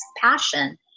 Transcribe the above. passion